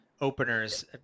openers